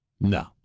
No